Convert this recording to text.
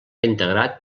integrat